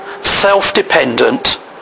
self-dependent